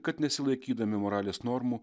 kad nesilaikydami moralės normų